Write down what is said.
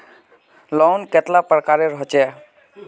Loan कतेला प्रकारेर होचे?